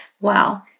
Wow